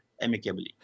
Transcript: amicably